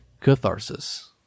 Catharsis